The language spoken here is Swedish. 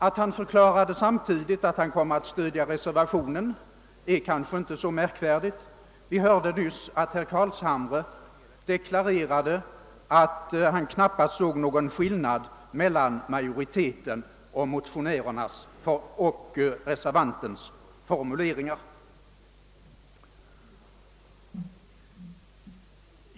Att han samtidigt förklarade att han komme att stödja reservationen är kanske inte så märkvärdigt. Vi hörde nyss herr Carlshamre deklarera, att han knappast såg någon skillnad mellan majoritetens och reservantens formuleringar.